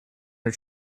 her